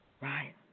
Right